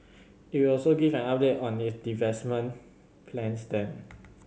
it will also give an update on it divestment plans then